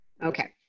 Okay